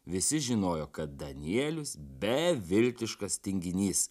visi žinojo kad danielius beviltiškas tinginys